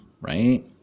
right